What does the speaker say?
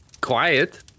quiet